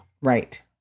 Right